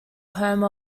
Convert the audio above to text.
home